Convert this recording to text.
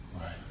right